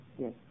yes